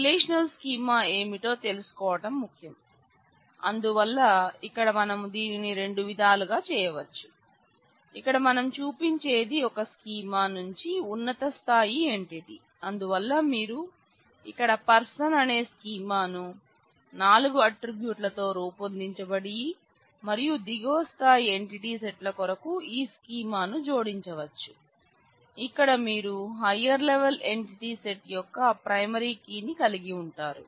ఆ టోటాలిటీ ని కలిగి ఉంటారు